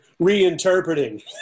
reinterpreting